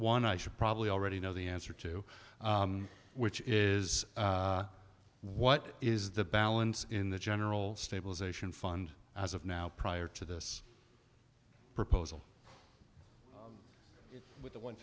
one i should probably already know the answer to which is what is the balance in the general stabilization fund as of now prior to this proposal with a one